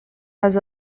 has